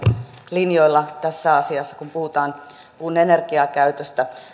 linjoilla tässä asiassa kun puhutaan puun energiakäytöstä